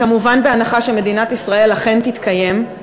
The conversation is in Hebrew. כמובן, בהנחה שמדינת ישראל אכן תתקיים?